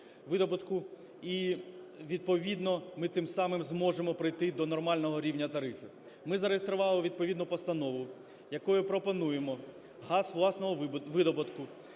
і відповідно ми тим самим зможемо прийти до нормального рівня тарифів. Ми зареєстрували відповідну постанову, якою пропонуємо газ власного видобутку